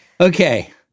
Okay